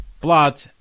blood